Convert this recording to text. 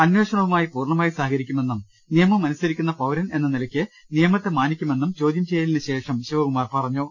അന്വേഷണവുമായി പൂർണമായും സഹകരിക്കുമെന്നും നിയമം അനുസരി ക്കുന്ന പൌരൻ എന്ന നിലയ്ക്ക് നിയമത്തെ മാനിക്കുമെന്നും ചോദ്യം ചെയ്യലിനു ശേഷം ശിവകുമാർ പറഞ്ഞു